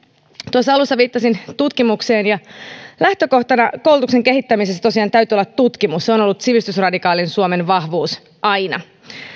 tuossa alussa viittasin tutkimukseen ja lähtökohtana koulutuksen kehittämisessä tosiaan täytyy olla tutkimus se on ollut sivistysradikaalin suomen vahvuus aina